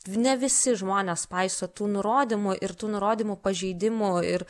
ne visi žmonės paiso tų nurodymų ir tų nurodymų pažeidimų ir